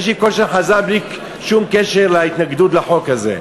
יש לי קול של חזן בלי שום קשר להתנגדות לחוק הזה.